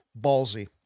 Ballsy